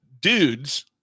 dudes